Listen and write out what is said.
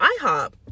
IHOP